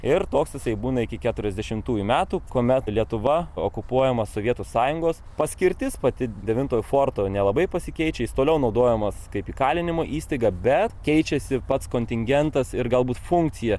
ir toks jisai būna iki keturiasdešimtųjų metų kuomet lietuva okupuojama sovietų sąjungos paskirtis pati devintojo forto nelabai pasikeičia jis toliau naudojamas kaip įkalinimo įstaiga bet keičiasi pats kontingentas ir galbūt funkcija